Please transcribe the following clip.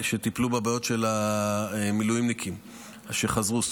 שטיפלו בבעיות של המילואימניקים שחזרו,